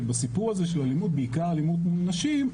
שבסיפור הזה של אלימות בעיקר אלימות מול נשים,